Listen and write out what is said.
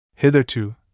Hitherto